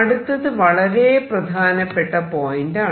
അടുത്തത് വളരെ പ്രധാനപ്പെട്ട പോയിന്റ് ആണ്